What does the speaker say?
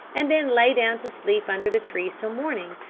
and then lay down to sleep under the trees till morning,